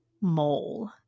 mole